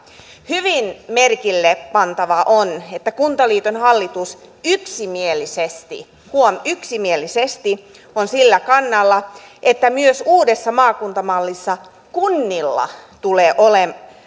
hyvin merkille pantavaa on että kuntaliiton hallitus yksimielisesti huom yksimielisesti on sillä kannalla että myös uudessa maakuntamallissa kunnilla